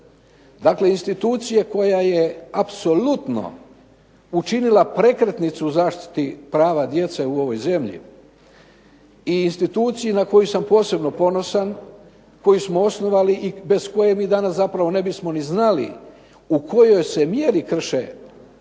dakle institucije koja je apsolutno učinila prekretnicu u zaštiti prava djece u ovoj zemlji i instituciji na koju sam posebno ponosan, koju smo osnovali i bez koje mi danas zapravo ne bismo ni znali u kojoj se mjeri krše